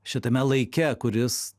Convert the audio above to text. šitame laike kuris